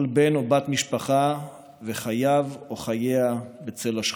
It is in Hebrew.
כל בן או בת משפחה וחייו או חייה בצל השכול.